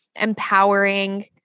empowering